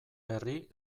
berri